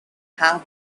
have